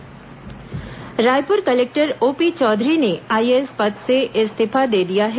collector इस्तीफा Raipur collector OP Chaudhary ने IAS पद से इस्तीफा दे दिया है